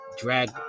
drag